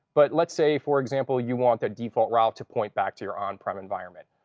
but let's say, for example, you want the default route to point back to your on-prem environment.